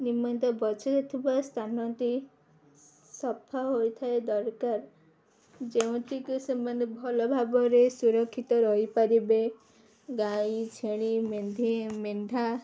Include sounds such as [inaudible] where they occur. ନିମନ୍ତ ବଛରେ ଥିବା ସ୍ଥାନଟି ସଫା ହୋଇଥାଏ ଦରକାର ଯେଉଁଠିକି ସେମାନେ ଭଲ ଭାବରେ ସୁରକ୍ଷିତ ରହିପାରିବେ ଗାଈ ଛେଳି [unintelligible] ମେଣ୍ଢା